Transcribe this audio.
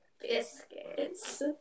biscuits